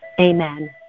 Amen